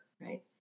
right